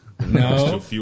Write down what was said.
No